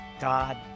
God